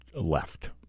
left